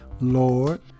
Lord